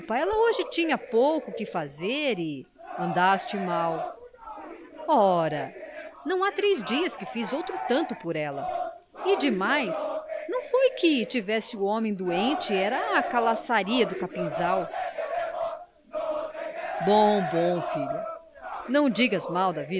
ela hoje tinha pouco que fazer e andaste mal ora não há três dias que fiz outro tanto por ela e demais não foi que tivesse o homem doente era a calaçaria do capinzal bom bom filha não digas mal